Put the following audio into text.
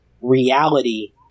reality